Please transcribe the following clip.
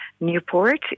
newport